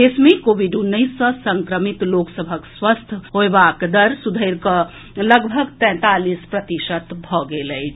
देश मे कोविड उन्नैस सँ संक्रमित लोक सभक स्वस्थ होएबाक दर सुधरि कऽ लगभग तैंतालीस प्रतिशत भऽ गेल अछि